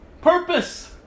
purpose